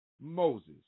Moses